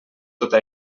tota